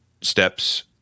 steps